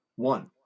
one